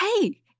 hey